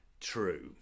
true